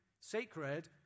sacred